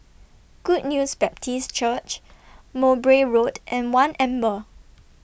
Good News Baptist Church Mowbray Road and one Amber